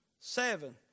Seven